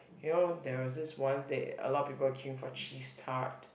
you know there was this one that a lot of people queue for cheese tart